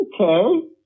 okay